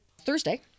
Thursday